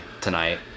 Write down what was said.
tonight